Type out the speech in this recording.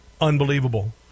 unbelievable